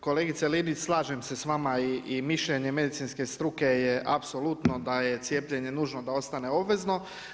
Kolegice Linić slažem se s vama i mišljenje medicinske struke je apsolutno da je cijepljenje nužno da ostaje obvezno.